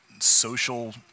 social